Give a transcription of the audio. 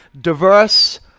Diverse